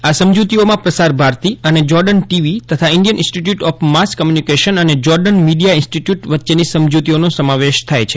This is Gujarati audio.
આ સમજૂતીઓમાં પ્રસાર ભારતી અને જોર્ડન ટીવી તથા Indian Institute of Mass Communication અને જોર્ડન મિડિયા ઇન્સ્ટીટીયુટ વચ્ચેની સમજૂતીઓનો સમાવેશ થાય છે